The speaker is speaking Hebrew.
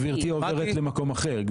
גברתי עוברת למקום אחר.